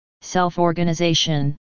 Self-organization